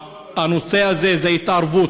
הנושא הזה הוא התערבות.